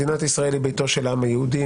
מדינת ישראל היא ביתו של העם היהודי.